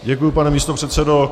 Děkuji, pane místopředsedo.